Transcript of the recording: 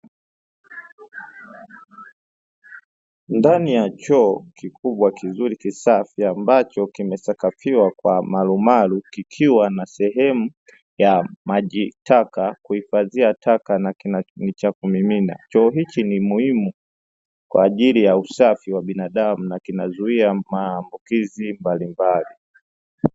Ndani ya choo kikubwa kizuri kisafi ambacho kimesakafiwa kwa marumaru kikiwa na sehemu ya maji taka kuhifadhia taka na nichakumimina choo hiki ni muhimu kwa ajili ya usafi wa binadamu na kinazuia maambukizi mbalimbali